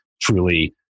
truly